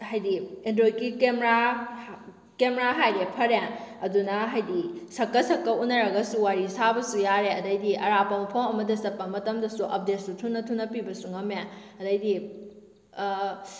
ꯍꯥꯏꯗꯤ ꯑꯦꯟꯗ꯭ꯔꯣꯏꯗꯀꯤ camera camera ꯍꯥꯏꯔꯦ ꯐꯔꯦ ꯑꯗꯨꯅ ꯍꯥꯏꯗꯤ ꯁꯛꯀ ꯁꯛꯀ ꯎꯅꯔꯒꯁꯨ ꯋꯥꯔꯤ ꯁꯥꯕꯁꯨ ꯌꯥꯔꯦ ꯑꯗꯩꯗꯤ ꯑꯔꯥꯞꯄ ꯃꯐꯝ ꯑꯃꯗ ꯆꯠꯄ ꯃꯇꯝꯗꯁꯨ ꯑꯞꯗꯦꯠꯁꯨ ꯊꯨꯅ ꯊꯨꯅ ꯄꯤꯕꯁꯨ ꯉꯝꯂꯦ ꯑꯗꯩꯗꯤ